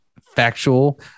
factual